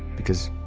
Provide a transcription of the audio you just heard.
because,